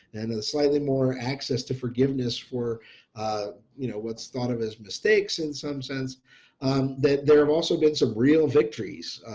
and a slightly more access to forgiveness for you know what's thought of as mistakes in some sense that there have also been some real victories.